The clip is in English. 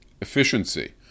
efficiency